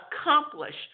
accomplish